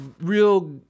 real